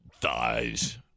thighs